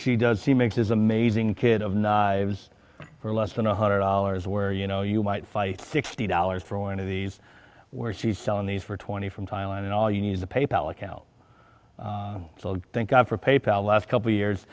she does he make his amazing kid of knives for less than a hundred dollars where you know you might fight sixty dollars for one of these where she's selling these for twenty from thailand and all you need to pay pal account so thank god for pay pal last couple years